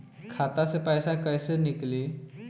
खाता से पैसा कैसे नीकली?